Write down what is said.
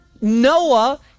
Noah